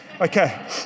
Okay